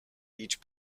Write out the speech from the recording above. each